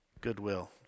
goodwill